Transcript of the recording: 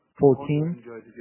Fourteen